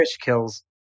kills